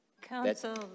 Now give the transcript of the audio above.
Council